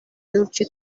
ҫурчӗ